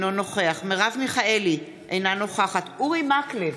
אינו נוכח מרב מיכאלי, אינה נוכחת אורי מקלב,